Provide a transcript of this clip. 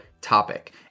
topic